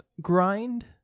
grind